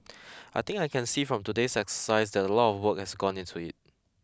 I think I can see from today's exercise that a lot of work has gone into it